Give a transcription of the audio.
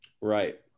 Right